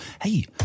Hey